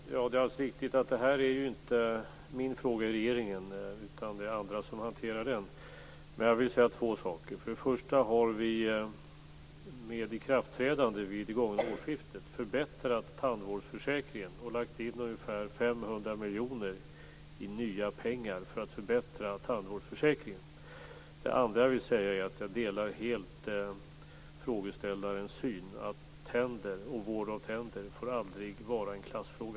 Fru talman! Det är alldeles riktigt att detta inte är min fråga i regeringen. Det är andra som hanterar den. Först och främst förbättrades tandvårdsförsäkringen vid årsskiftet. Ungefär 500 miljoner kronor i nya medel har tagits fram för att förbättra tandvårdsförsäkringen. Jag delar helt frågeställarens syn att vård av tänder aldrig får bli en klassfråga.